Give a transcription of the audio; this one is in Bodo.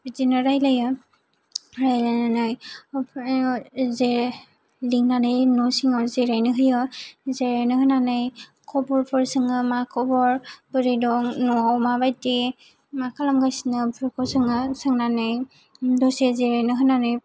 बिदिनो रायलायो रायलायनानै आमफ्राय जे लिंनानै न' सिङाव जिरायनो होयो जिरायनो होनानै खबरफोर सोङो मा खबर बोरै दं न'वाव माबायदि मा खालामगासिनो बेफोरखौ सोङो सोंनानै दसे जिरायनो होनानै